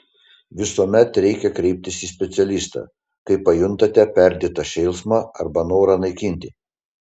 visuomet reikia kreiptis į specialistą kai pajuntate perdėtą šėlsmą arba norą naikinti